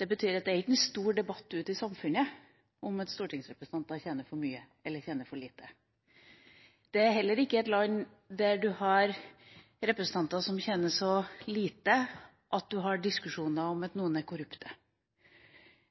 Det betyr at det ikke er en stor debatt ute i samfunnet om hvorvidt stortingsrepresentanter tjener for mye eller tjener for lite. Vi er ikke et land der man har representanter som tjener så lite at man har diskusjoner om hvorvidt noen er korrupte.